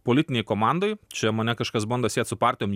politinėj komandoj čia mane kažkas bando siet su partijom